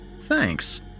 Thanks